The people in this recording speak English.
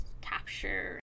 capture